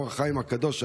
אור החיים הקדוש,